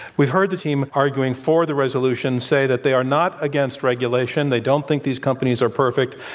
we've heard the team arguing for the resolution say that they are not against regulation they don't think these companies are perfect.